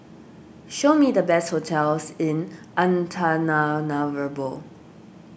show me the best hotels in Antananarivo